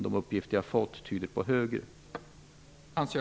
De uppgifter jag har fått tyder på högre kostnader.